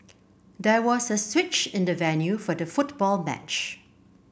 there was a switch in the venue for the football match